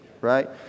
Right